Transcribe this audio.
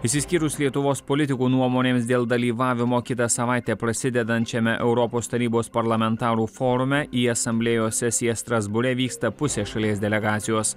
išsiskyrus lietuvos politikų nuomonėms dėl dalyvavimo kitą savaitę prasidedančiame europos tarybos parlamentarų forume į asamblėjos sesiją strasbūre vyksta pusė šalies delegacijos